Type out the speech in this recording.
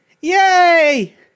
Yay